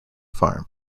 farm